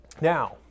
Now